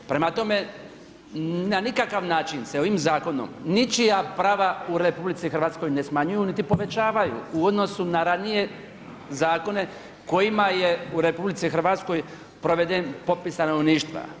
Prema tome, na nikakav način se ovim zakonom ničija prava u RH ne smanjuju niti povećavaju u odnosu na ranije zakone kojima je u RH proveden popis stanovništva.